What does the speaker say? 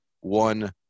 one